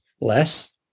less